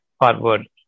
forward